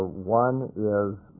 one is